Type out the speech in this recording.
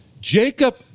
Jacob